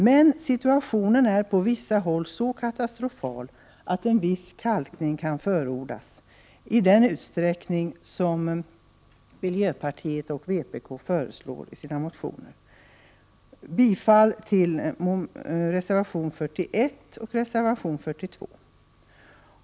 Men situationen är på vissa håll så katastrofal att en viss kalkning kan förordas, i den utsträckning som miljöpartiet och vpk föreslår i sina motioner. Bifall till reservation 41 och 42.